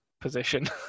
position